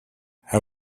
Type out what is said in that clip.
how